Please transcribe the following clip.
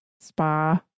spa